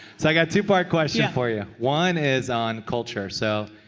so i got two-part question for you. one is on culture. so